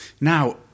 Now